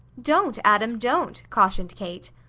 don't, adam, don't! cautioned kate.